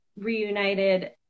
reunited